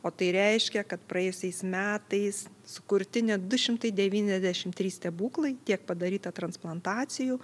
o tai reiškia kad praėjusiais metais sukurti net du šimtai devyniasdešimt trys stebuklai tiek padaryta transplantacijų